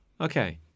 Okay